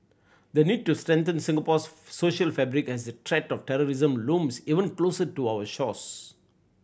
the need to strengthen Singapore's social fabric as the threat of terrorism looms ever closer to our shores